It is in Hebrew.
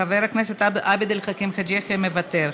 חבר הכנסת עבד אל חכים חאג' יחיא, מוותר,